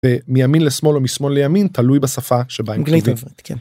ומימין לשמאל או משמאל לימין תלוי בשפה שבהם חייבים.